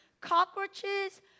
cockroaches